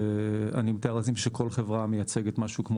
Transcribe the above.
אני מתאר לעצמי שכל חברה מייצגת משהו כמו